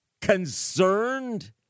concerned